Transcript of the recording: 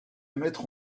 mettre